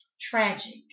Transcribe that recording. tragic